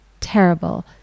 terrible